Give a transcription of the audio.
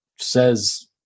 says